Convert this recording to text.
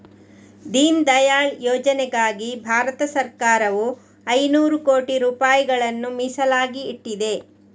ದೀನ್ ದಯಾಳ್ ಯೋಜನೆಗಾಗಿ ಭಾರತ ಸರಕಾರವು ಐನೂರು ಕೋಟಿ ರೂಪಾಯಿಗಳನ್ನ ಮೀಸಲಾಗಿ ಇಟ್ಟಿದೆ